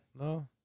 No